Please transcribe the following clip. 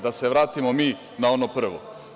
Da se vratimo mi na ono prvo.